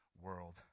world